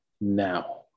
now